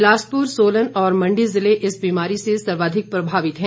बिलासपुर सोलन और मंडी जिले इस बीमारी से सर्वाधिक प्रभावित हैं